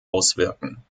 auswirken